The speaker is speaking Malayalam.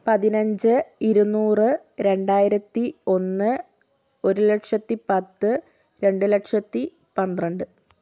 പതിനഞ്ച് ഇരുന്നൂറ് രണ്ടായിരത്തി ഒന്ന് ഒരുലക്ഷത്തി പത്ത് രണ്ട് ലക്ഷത്തി പന്ത്രണ്ട്